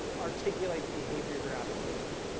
articulate the behavior application.